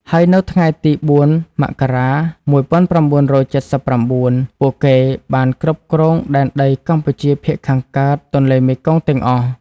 ហើយនៅថ្ងៃទី ០៤ មករា ១៩៧៩ ពួកគេបានគ្រប់គ្រងដែនដីកម្ពុជាភាគខាងកើតទន្លេមេគង្គទាំងអស់។